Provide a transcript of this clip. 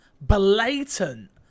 blatant